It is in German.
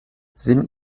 sinn